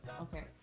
Okay